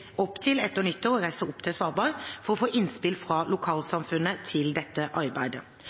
opp til å reise til Svalbard for å få innspill fra lokalsamfunnet til dette arbeidet.